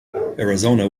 arizona